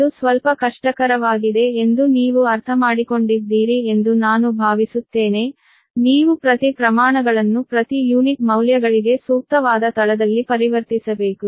ಇದು ಸ್ವಲ್ಪ ಕಷ್ಟಕರವಾಗಿದೆ ಎಂದು ನೀವು ಅರ್ಥಮಾಡಿಕೊಂಡಿದ್ದೀರಿ ಎಂದು ನಾನು ಭಾವಿಸುತ್ತೇನೆ ನೀವು ಪ್ರತಿ ಪ್ರಮಾಣಗಳನ್ನು ಪ್ರತಿ ಯೂನಿಟ್ ಮೌಲ್ಯಗಳಿಗೆ ಸೂಕ್ತವಾದ ತಳದಲ್ಲಿ ಪರಿವರ್ತಿಸಬೇಕು